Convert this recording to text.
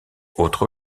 autre